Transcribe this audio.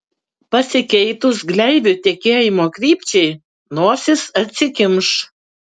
pasikeitus gleivių tekėjimo krypčiai nosis atsikimš